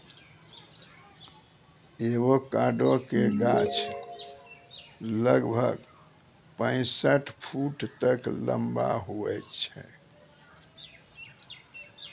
avocado के गाछ लगभग पैंसठ फुट तक लंबा हुवै छै